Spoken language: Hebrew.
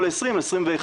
או ל-20/21,